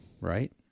Right